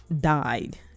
died